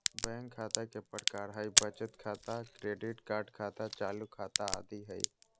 bank खता के प्रकार हइ बचत खाता, क्रेडिट कार्ड खाता, चालू खाता आदि हइ